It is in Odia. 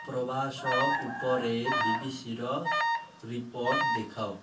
ପ୍ରବାସ ଉପରେ ବିବିସିର ରିପୋର୍ଟ ଦେଖାଅ